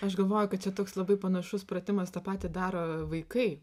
aš galvoju kad čia toks labai panašus pratimas tą patį daro vaikai